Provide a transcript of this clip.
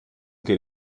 geht